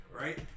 right